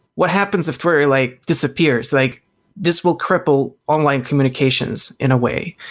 what happens if twitter like disappears? like this will cripple online communications in a way.